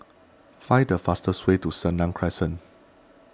find the fastest way to Senang Crescent